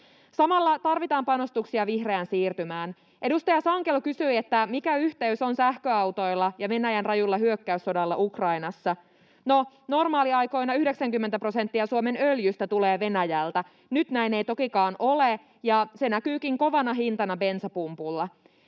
Samalla tarvitaan panostuksia vihreään siirtymään. Edustaja Sankelo kysyi, mikä yhteys on sähköautoilla ja Venäjän rajulla hyökkäyssodalla Ukrainassa. No, normaaliaikoina 90 prosenttia Suomen öljystä tulee Venäjältä, nyt näin ei tokikaan ole, ja se näkyykin kovana hintana bensapumpulla.